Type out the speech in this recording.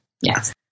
Yes